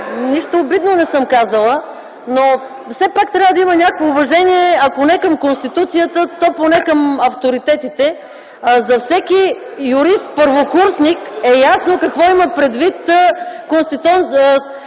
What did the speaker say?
Нищо обидно не съм казала, но все пак трябва да има някакво уважение, ако не към Конституцията, то поне към авторитетите. (Реплики от ГЕРБ.) За всеки юрист първокурсник е ясно какво има предвид конституционният